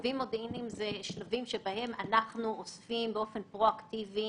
שלבים מודיעיניים אלה שלבים שאנחנו אוספים באופן פרואקטיבי